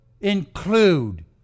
include